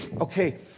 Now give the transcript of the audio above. okay